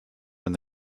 when